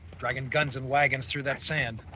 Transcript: dragging guns and wagons through that sand.